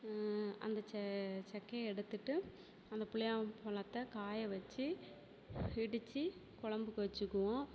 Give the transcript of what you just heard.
அந்த ச சக்கையை எடுத்துவிட்டு அந்த புளியாம் பழத்த காய வச்சு இடிச்சு குலம்புக்கு வச்சுக்குவோம்